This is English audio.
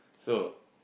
so